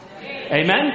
Amen